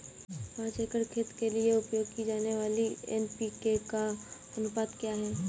पाँच एकड़ खेत के लिए उपयोग की जाने वाली एन.पी.के का अनुपात क्या है?